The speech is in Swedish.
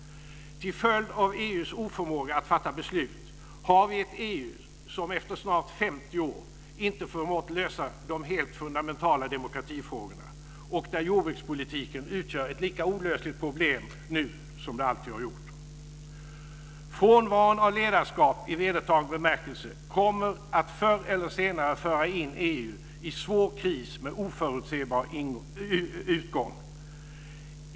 Till följd av EU:s oförmåga att fatta beslut har vi ett EU som efter snart 50 år inte har förmått lösa de helt fundamentala demokratifrågorna, och jordbrukspolitiken utgör ett lika olösligt problem nu som det alltid har gjort. Frånvaron av ledarskap i vedertagen bemärkelse kommer förr eller senare att föra in EU i en svår kris med oförutsebar utgång.